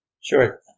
Sure